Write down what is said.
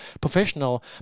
professional